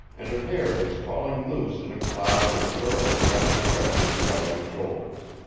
and her hair was falling loose in a cloud of curling brown tresses about her shoulders.